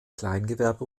kleingewerbe